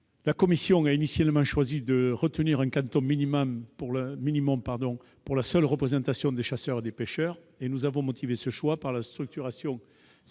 La commission a initialement choisi de fixer un quantum minimal pour la seule représentation des chasseurs et des pêcheurs. Nous avons motivé ce choix par la structuration